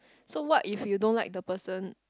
so what if you don't like the person